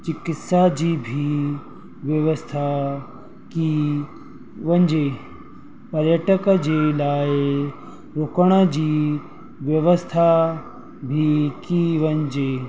चिकित्सा जी बि व्यवस्था कई वञिजे पर्यटक जे लाइ रुकण जी व्यवस्था बि कई वञिजे